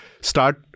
start